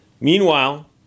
Meanwhile